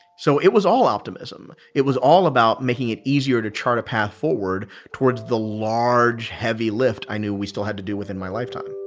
so it was all optimism. it was all about making it easier to chart a path forward towards the large heavy lift i knew we still had to do within my lifetime